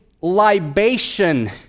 libation